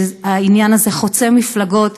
והעניין הזה חוצה מפלגות.